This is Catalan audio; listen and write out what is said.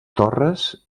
torres